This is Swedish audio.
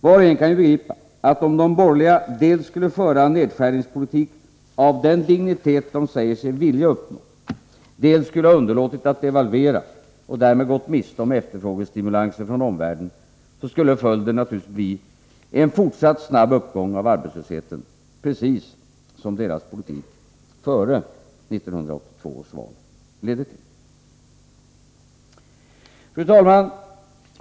Var och en kan ju begripa, att om de borgerliga dels skulle föra en nedskärningspolitik av den dignitet de säger sig vilja uppnå, dels skulle ha underlåtit att devalvera— och därmed gått miste om efterfrågestimulansen från omvärlden — skulle följden naturligtvis blivit en fortsatt snabb uppgång av arbetslösheten; precis som deras politik före valet 1982 medförde. Fru talman!